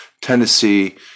Tennessee